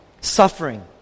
suffering